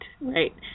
right